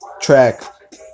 track